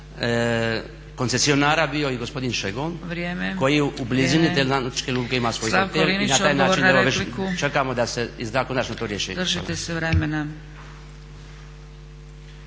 koncesionara bio i gospodin šegon koji u blizini te nautičke luke ima svoj hotel i na taj način čekamo da se izda konačno to rješenje.